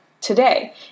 today